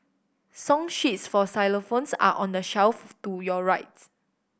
song sheets for xylophones are on the shelf to your right